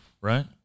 Right